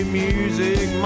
music